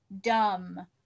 dumb